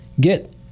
get